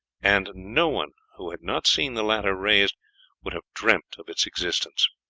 and no one who had not seen the latter raised would have dreamt of its existence.